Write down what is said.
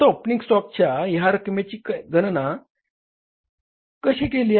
आता ओपनिंग स्टॉकच्या ह्या रक्कमेची गणना कशी केली